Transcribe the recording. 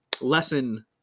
lesson